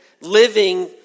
living